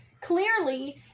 Clearly